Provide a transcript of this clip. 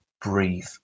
breathe